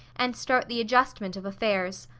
and start the adjustment of affairs.